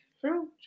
True